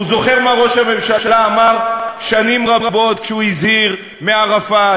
הוא זוכר מה ראש הממשלה אמר שנים רבות כשהוא הזהיר מערפאת,